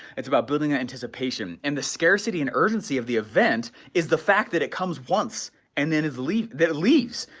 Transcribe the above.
it's about building that anticipation. and the scarcity and urgency of the event is the fact that it comes once and then is leave, that it leaves,